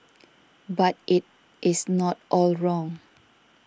but it is not all wrong